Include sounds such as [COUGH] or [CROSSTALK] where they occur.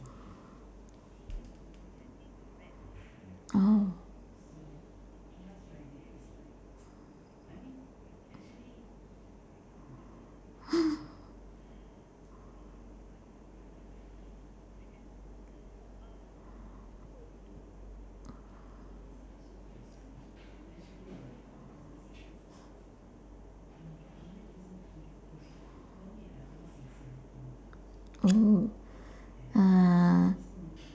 oh [LAUGHS] oo uh